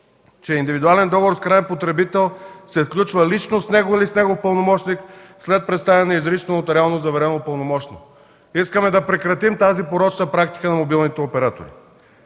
че индивидуален договор с краен потребител се сключва лично с него или с негов пълномощник след представяне на изрично нотариално заверено пълномощно. Искаме да прекратим тази порочна практика на мобилните оператори.